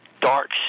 dark